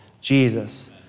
Jesus